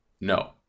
No